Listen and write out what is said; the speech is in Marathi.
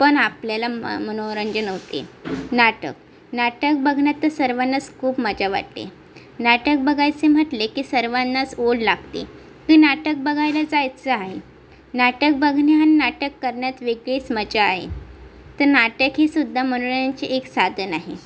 पण आपल्याला म मनोरंजन होते नाटक नाटक बघण्यात तर सर्वांनाच खूप मजा वाटते नाटक बघायचे म्हटले की सर्वांनाच ओढ लागते की नाटक बघायला जायचं आहे नाटक बघणे आणि नाटक करण्यात वेगळीच मजा आहे तर नाटक हे सुद्धा मनोरंजनाचे एक साधन आहे